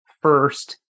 first